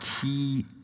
key